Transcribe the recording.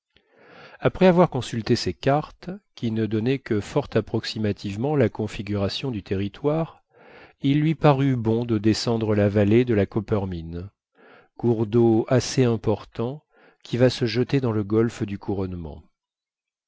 après avoir consulté ses cartes qui ne donnaient que fort approximativement la configuration du territoire il lui parut bon de descendre la vallée de la coppermine cours d'eau assez important qui va se jeter dans le golfe du couronnement